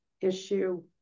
issue